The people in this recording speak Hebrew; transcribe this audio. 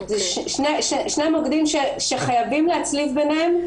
שני המוקדים שחייבים להצליב בניהם,